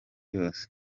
yose